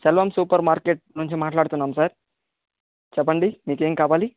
shalom supermarket నుంచి మాట్లాడుతున్నాం sir చెప్పండి మీకేమి కావాలి